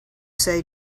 say